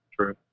True